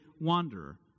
wanderer